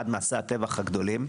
אחד ממעשי הטבח הגדולים.